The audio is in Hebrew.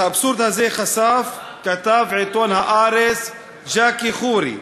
את האבסורד הזה חשף כתב עיתון "הארץ" ג'קי חוגי,